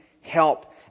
help